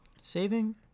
Saving